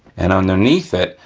and underneath it,